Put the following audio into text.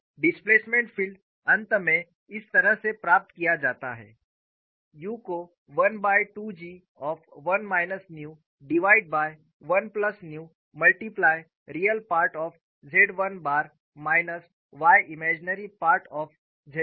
तो displacement field अंत में इस तरह से प्राप्त किया जाता है u को 1 by 2 G of 1 minus nu divide by 1 plus nu multiply real part of Z 1 bar minus y imaginary part of Z 1